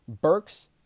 Burks